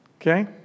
Okay